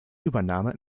übernahme